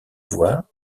voies